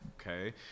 okay